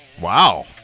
Wow